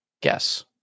guess